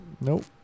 Nope